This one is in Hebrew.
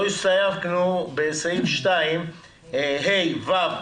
לא היו הסתייגויות בסעיף 2(ה), (ו)